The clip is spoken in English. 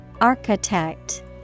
Architect